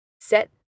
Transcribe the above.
set